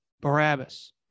Barabbas